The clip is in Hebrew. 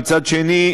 ומצד שני,